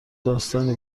داستانی